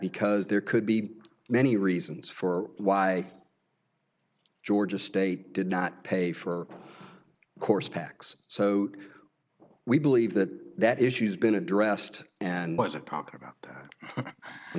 because there could be many reasons for why georgia state did not pay for course packs so we believe that that issue's been addressed and wasn't talked about that i'm